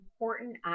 important